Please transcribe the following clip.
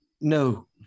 no